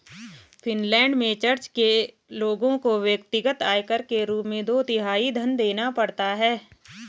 Finland में church के लोगों को व्यक्तिगत आयकर के रूप में दो तिहाई धन देना पड़ता है